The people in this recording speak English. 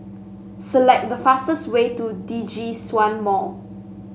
select the fastest way to Djitsun Mall